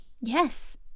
Yes